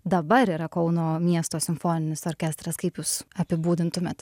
dabar yra kauno miesto simfoninis orkestras kaip jūs apibūdintumėt